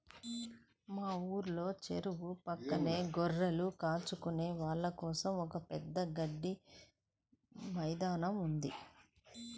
మా ఊర్లో చెరువు పక్కనే గొర్రెలు కాచుకునే వాళ్ళ కోసం ఒక పెద్ద గడ్డి మైదానం ఉంది